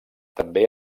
també